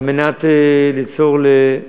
על מנת ליצור גם